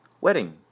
wedding